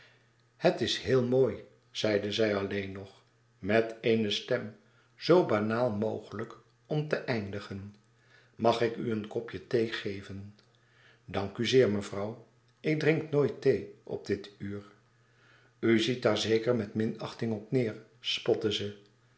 het is heel mooi zeide zij alleen nog met eene stem zoo banaal mogelijk om te eindigen mag ik u een kop thee geven dank u zeer mevrouw ik drink nooit thee op dit uur u ziet daar zeker met minachting op neêr spotte ze